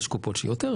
יש קופות שיותר,